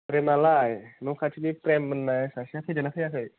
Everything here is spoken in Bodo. प्रेमआलाय न' खाथिनि प्रेम होननाय सासेया फैदों ना फैयाखै